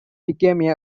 became